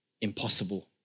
impossible